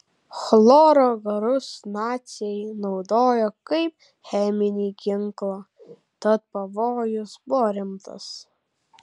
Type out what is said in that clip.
chloro garus naciai naudojo kaip cheminį ginklą tad pavojus buvo rimtas